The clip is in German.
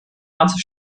ganzes